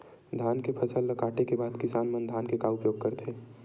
धान के फसल ला काटे के बाद किसान मन धान के का उपयोग करथे?